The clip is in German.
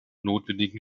notwendigen